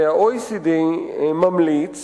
וה-OECD ממליץ